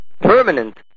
permanent